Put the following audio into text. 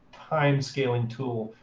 time scaling tool.